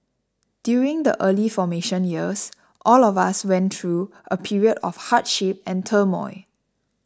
during the early formation years all of us went through a period of hardship and turmoil